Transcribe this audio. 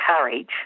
courage